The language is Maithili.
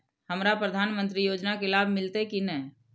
हमरा प्रधानमंत्री योजना के लाभ मिलते की ने?